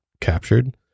captured